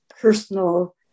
personal